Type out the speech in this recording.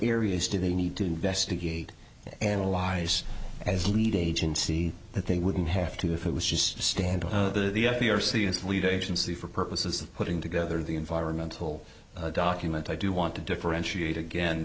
areas do they need to investigate analyze as a lead agency that they wouldn't have to if it was just stand on the p r c is lead agency for purposes of putting together the environmental document i do want to differentiate again